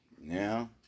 Now